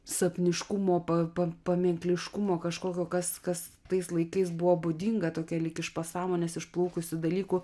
sapniškumo pa pamėnkliškumo kažkokio kas kas tais laikais buvo būdinga tokia lyg iš pasąmonės išplaukusių dalykų